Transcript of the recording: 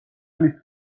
მის